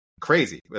crazy